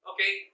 Okay